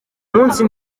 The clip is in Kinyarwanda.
munsi